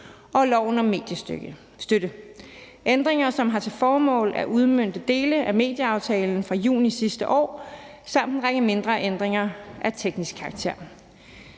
og loven om mediestøtte. Det er ændringer, som har til formål at udmønte dele af medieaftalen fra juni sidste år samt en række mindre ændringer af teknisk karakter.